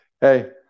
hey